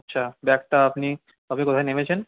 আচ্ছা ব্যাগটা আপনি আপনি কোথায় নেমেছেন